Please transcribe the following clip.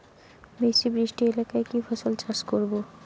বেশি বৃষ্টি এলাকায় কি ফসল চাষ করব?